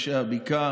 אנשי הבקעה,